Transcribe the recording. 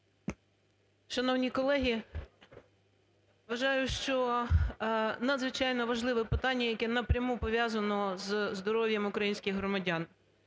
Шановні колеги! Вважаю, що надзвичайно важливе питання, яке напряму пов'язано з здоров'ям українських громадян.